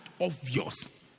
obvious